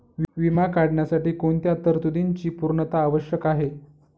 विमा काढण्यासाठी कोणत्या तरतूदींची पूर्णता आवश्यक आहे?